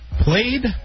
Played